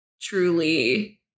truly